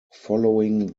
following